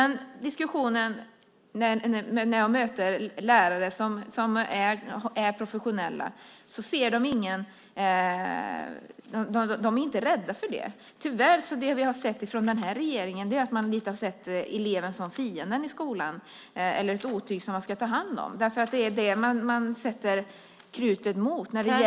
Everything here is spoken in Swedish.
När jag möter lärare som är professionella är de inte rädda för det. Det vi har upplevt från den här regeringen är tyvärr att man har sett eleven som fienden i skolan eller ett otyg som man ska ta hand om. Det är det man satsar krutet på.